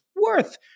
worth